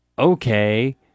okay